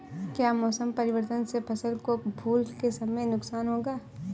क्या मौसम परिवर्तन से फसल को फूल के समय नुकसान होगा?